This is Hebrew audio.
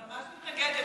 אני ממש מתנגדת.